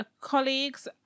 colleagues